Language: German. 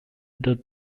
der